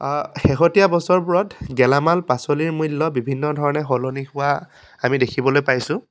শেহতীয়া বছৰবোৰত গেলামাল পাচলিৰ মূল্য বিভিন্ন ধৰণে সলনি হোৱা আমি দেখিবলৈ পাইছোঁ